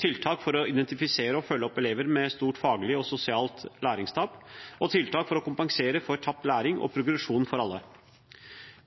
tiltak for å identifisere og følge opp elever med stort faglig og sosialt læringstap og tiltak for å kompensere for tapt læring og progresjon for alle.